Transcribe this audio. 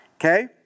okay